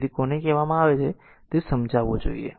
તેથી કોને કહેવામાં આવે છે તે સમજાવવું જોઈએ